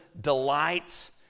delights